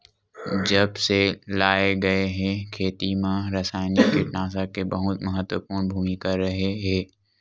जब से लाए गए हे, खेती मा रासायनिक कीटनाशक के बहुत महत्वपूर्ण भूमिका रहे हे